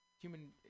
human